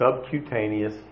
subcutaneous